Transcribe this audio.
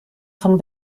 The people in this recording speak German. von